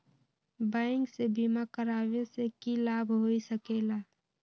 Bank से बिमा करावे से की लाभ होई सकेला?